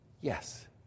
Yes